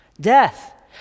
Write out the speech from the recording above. death